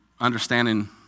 understanding